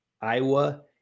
Iowa